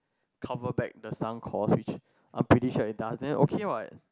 cover back the sum cost which I'm pretty sure it does then okay what